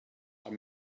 are